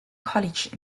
college